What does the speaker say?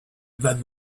then